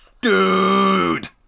Dude